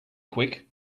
quick